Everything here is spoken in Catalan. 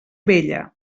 vella